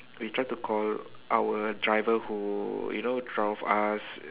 we try to call our driver who you know drove us